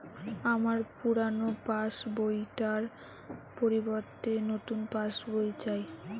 আমার পুরানো পাশ বই টার পরিবর্তে নতুন পাশ বই চাই